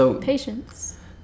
patience